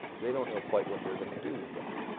they don't know quite what they're going to do with that.